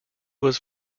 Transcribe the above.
was